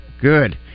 Good